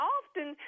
often